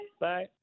Bye